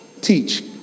teach